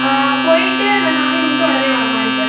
போயிட்டு அங்கே சாமி கும்பிட்டு உடனே வர மாதிரி சார்